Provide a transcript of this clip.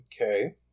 Okay